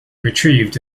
retrieved